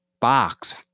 box